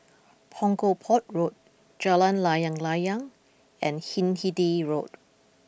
Punggol Port Road Jalan Layang Layang and Hindhede Rode